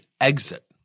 exit